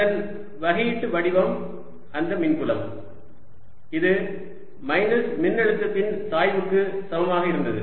அதன் வகையீட்டு வடிவம் அந்த மின்புலம் இது மைனஸ் மின்னழுத்தத்தின் சாய்வுக்கு சமமாக இருந்தது